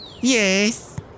Yes